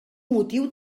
motiu